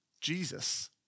Jesus